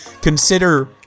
consider